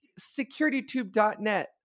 securitytube.net